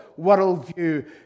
worldview